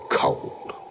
cold